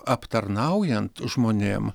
aptarnaujant žmonėm